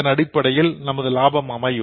இதனடிப்படையில் நமது லாபம் அமையும்